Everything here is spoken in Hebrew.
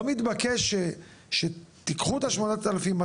לא מתבקש שתיקחו את ה-8,200,